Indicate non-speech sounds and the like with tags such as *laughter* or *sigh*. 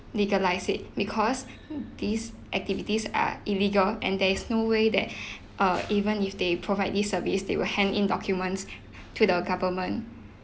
legalise it because these activities are illegal and there is no way that *breath* err even if they provide this service they will hand in documents to the government